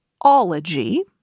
ology